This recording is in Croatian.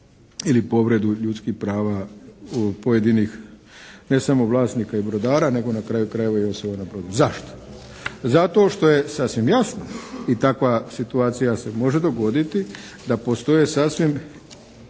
ili povredu ljudskih prava pojedinih ne samo vlasnika i brodara, nego na kraju krajeva i osoba na brodu. Zašto? Zato što je sasvim jasno i takva situacija se može dogoditi da postoje sasvim